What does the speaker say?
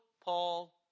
Paul